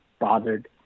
bothered